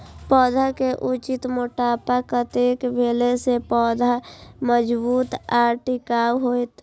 पौधा के उचित मोटापा कतेक भेला सौं पौधा मजबूत आर टिकाऊ हाएत?